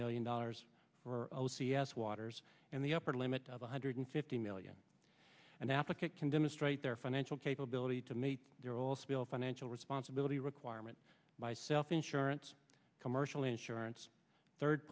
million dollars for o c s waters and the upper limit of one hundred fifty million an applicant can demonstrate their financial capability to meet their all spill financial responsibility requirement by self insurance commercial insurance third